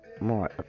more